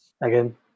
Again